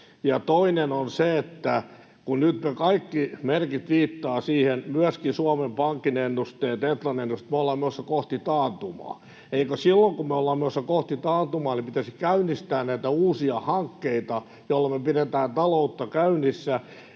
Toinen on se, kun nyt kaikki merkit viittaavat siihen, myöskin Suomen Pankin ennusteet, Etlan ennusteet, että me ollaan menossa kohti taantumaa, niin eikö silloin, kun me ollaan menossa kohti taantumaa, pitäisi käynnistää näitä uusia hankkeita, joilla me pidetään taloutta käynnissä?